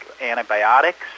antibiotics